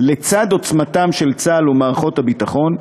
לצד עוצמתם של צה"ל ומערכות הביטחון,